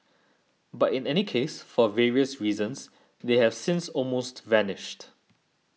but in any case for various reasons they have since almost vanished